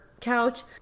couch